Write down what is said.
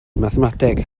mathemateg